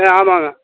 ஆ ஆமாங்க